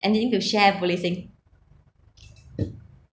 anything to share polly sing